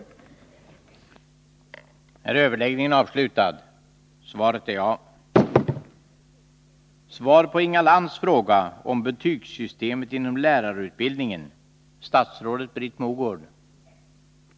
Tisdagen den